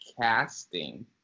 casting